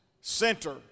center